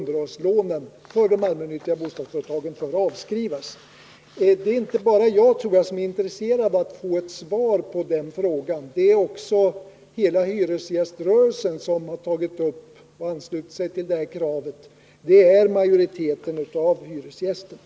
Det är nog inte bara jag som är intresserad av att få ett svar på den frågan. Det är också hela hyresgäströrelsen, som har anslutit sig till detta krav. Och det är majoriteten av hyresgästerna.